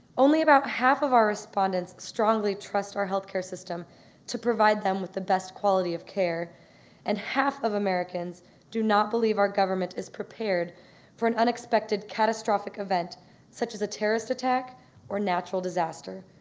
only about half of our respondents strongly trust our healthcare system to provide them with the best quality of care and half of americans do not believe our government is prepared for an unexpected, catastrophic event such as a terrorist attack or natural disaster.